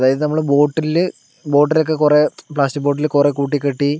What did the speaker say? അതായത് നമ്മൾ bottle bottle ഒക്കെ കുറേ പ്ലാസ്റ്റിക്ക് ബോട്ടിൽ കുറേ കൂട്ടിക്കെട്ടി